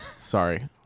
Sorry